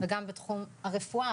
וגם בתחום הרפואה,